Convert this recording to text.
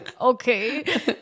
Okay